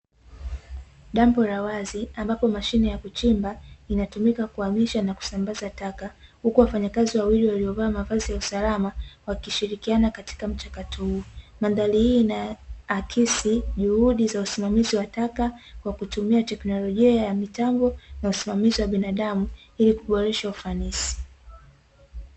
Dampo la wazi ambapo mashine ya kuchimba inatumika kuhamisha na kusambaza taka, huku wafanyakazi wawili waliovaa mavazi ya usalama wakishirikiana katika mchakato huo. Mandhari hii inaakisi juhudi za usimamizi wa taka kwa kutumia teknolojia ya mitambo na usimamizi wa binadamu, ili kuboresha ufanisi.